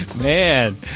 man